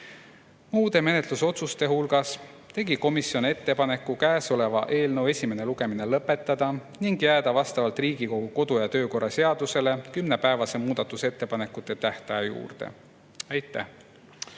Muude menetlusotsuste hulgas tegi komisjon ettepaneku käesoleva eelnõu esimene lugemine lõpetada ning jääda vastavalt Riigikogu kodu‑ ja töökorra seadusele kümnepäevase muudatusettepanekute tähtaja juurde. Aitäh!